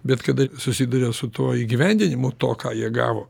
bet kada susiduria su tuo įgyvendinimu to ką jie gavo